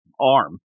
arm